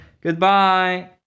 goodbye